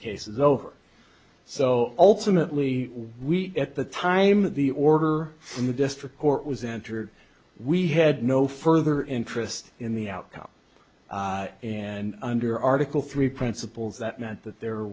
case is over so ultimately we at the time that the order in the district court was entered we had no further interest in the outcome and under article three principles that meant that there